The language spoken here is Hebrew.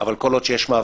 אבל כל עוד יש מאווררים,